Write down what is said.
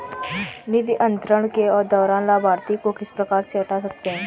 निधि अंतरण के दौरान लाभार्थी को किस प्रकार से हटा सकते हैं?